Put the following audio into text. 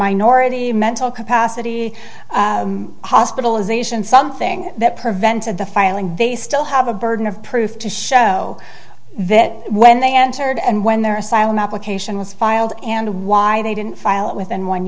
minority mental capacity hospitalisation something that prevented the filing and they still have a burden of proof to show that when they entered and when their asylum application was filed and why they didn't file it within one